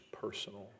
personal